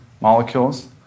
molecules